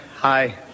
hi